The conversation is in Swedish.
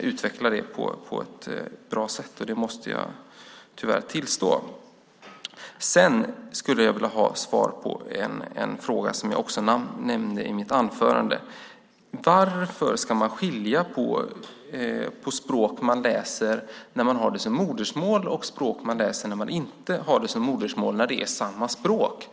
utveckla det på ett bra sätt. Det måste jag tyvärr tillstå. Jag skulle vilja ha svar på en fråga som jag också nämnde i mitt anförande. Varför ska det skiljas på språk som elever läser och har som modersmål och språk som elever läser och inte har som modersmål, när det är samma språk?